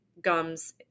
gums